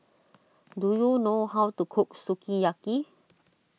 do you know how to cook Sukiyaki